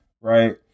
right